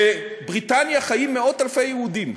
בבריטניה חיים מאות-אלפי יהודים,